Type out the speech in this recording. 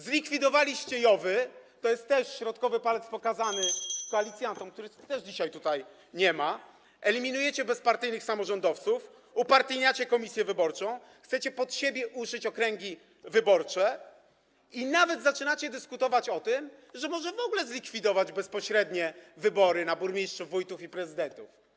Zlikwidowaliście JOW-y - to jest też środkowy palec pokazany [[Gwar na sali, dzwonek]] koalicjantom, których też dzisiaj tutaj nie ma - eliminujecie bezpartyjnych samorządowców, upartyjniacie komisję wyborczą, chcecie pod siebie uszyć okręgi wyborcze i nawet zaczynacie dyskutować o tym, że może w ogóle zlikwidować bezpośrednie wybory na burmistrzów, wójtów i prezydentów.